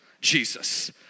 Jesus